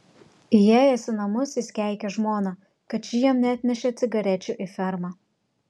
įėjęs į namus jis keikė žmoną kad ši jam neatnešė cigarečių į fermą